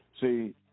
See